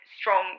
strong